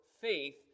faith